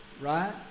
right